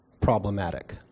problematic